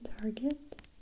target